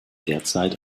derzeit